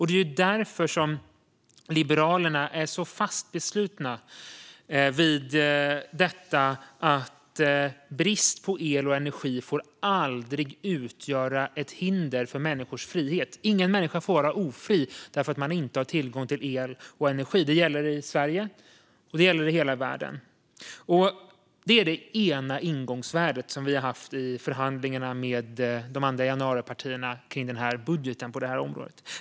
Det är därför som Liberalerna är så fast beslutna att brist på el och energi aldrig får utgöra ett hinder för människors frihet. Ingen människa får vara ofri därför att man inte har tillgång till el och energi. Det gäller i Sverige, och det gäller i hela världen. Det är det ena ingångsvärdet som vi har haft i förhandlingarna med de andra januaripartierna kring budgeten på det här området.